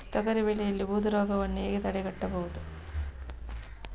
ತೊಗರಿ ಬೆಳೆಯಲ್ಲಿ ಬೂದು ರೋಗವನ್ನು ಹೇಗೆ ತಡೆಗಟ್ಟಬಹುದು?